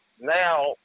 Now